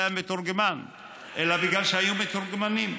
היה מתורגמן אלא בגלל שהיו מתורגמנים.